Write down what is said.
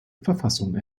verfassung